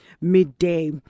midday